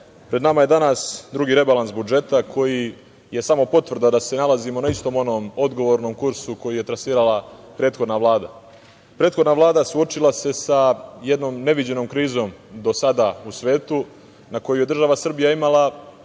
pred nama je danas drugi rebalans budžeta, koji je samo potvrda da se nalazimo na istom onom odgovornom kursu koji je trasirala prethodna Vlada. Prethodna Vlada suočila sa jednom neviđenom krizom do sada u svetu na koju je država Srbija imala